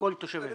כל התושבים.